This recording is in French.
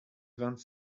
vingt